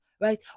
right